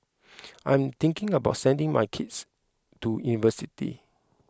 I am thinking about sending my kids to university